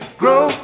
grow